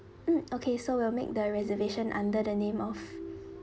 mm okay so we'll make the reservation under the name of